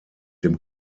dem